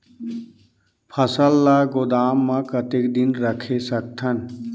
फसल ला गोदाम मां कतेक दिन रखे सकथन?